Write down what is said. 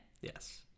Yes